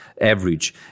average